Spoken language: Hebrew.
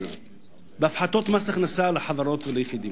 בחמש שנים בהפחתות מס הכנסה לחברות וליחידים.